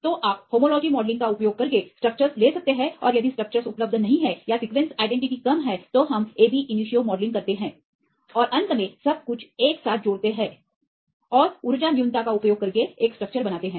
तो आप homology modelling का उपयोग करके स्ट्रक्चर्स ले सकते हैं और यदि स्ट्रक्चर्स उपलब्ध नहीं हैं या सीक्वेंस आईडेंटिटी कम है तो हम एबी इनिशियो मॉडलिंग करते हैं और अंत में सब कुछ एक साथ जोड़ते हैं और ऊर्जा न्यूनता का उपयोग करके एकल स्ट्रक्चर बनाते हैं